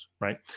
right